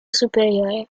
superiore